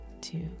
two